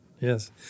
Yes